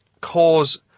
cause